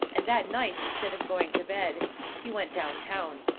and that night instead of going to bed he went down town.